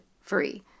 free